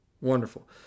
Wonderful